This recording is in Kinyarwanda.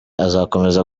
azakomeza